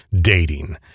dating